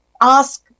ask